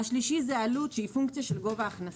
שלישית, עלות, שהיא פונקציה של גובה הכנסה.